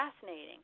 fascinating